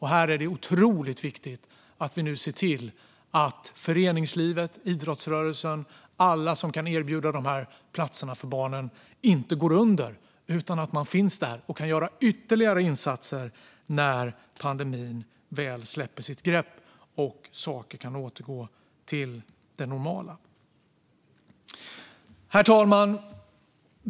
Här är det otroligt viktigt att vi nu ser till att föreningslivet, idrottsrörelsen och alla som kan erbjuda dessa platser för barnen inte går under utan att de finns där och kan göra ytterligare insatser när pandemin väl släpper sitt grepp och saker kan återgå till det normala. Herr talman!